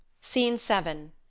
scene seven.